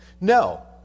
No